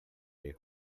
way